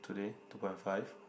today two point five